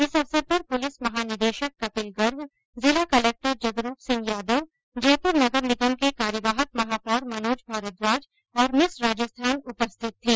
इस अवसर पर पुलिस महानिदेशक कपिल गर्ग जिला कलक्टर जगरूप सिंह यादव जयपुर नगर निगम के कार्यवाहक महापौर मनोज भारद्वाज और मिस राजस्थान उपस्थित थी